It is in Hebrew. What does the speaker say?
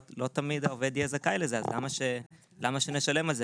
לא תמיד העובד יהיה זכאי לזה ולמה שנשלם על זה?